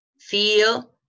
feel